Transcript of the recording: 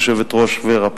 יושבת-ראש ור"ה,